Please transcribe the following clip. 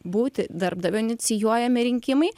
būti darbdavio inicijuojami rinkimai